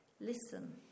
Listen